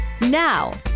Now